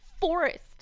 forest